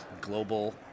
global